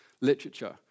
literature